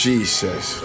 Jesus